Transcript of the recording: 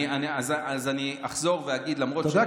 אתה יודע,